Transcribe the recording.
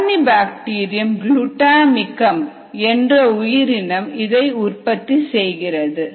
Corynebacterium glutamicum என்ற உயிரினம் இதை உற்பத்தி செய்கிறது